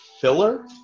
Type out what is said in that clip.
filler